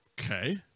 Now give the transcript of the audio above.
Okay